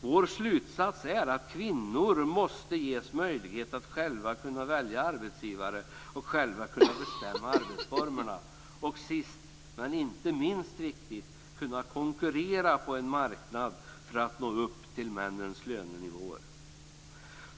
Vår slutsats är att kvinnor måste ges möjlighet att själva kunna välja arbetsgivare och själva kunna bestämma arbetsformerna och till sist, men inte minst viktigt, kunna konkurrera på en marknad för att nå upp till männens lönenivåer.